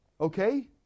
Okay